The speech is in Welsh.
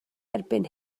erbyn